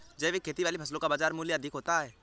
जैविक खेती वाली फसलों का बाज़ार मूल्य अधिक होता है